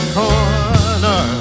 corner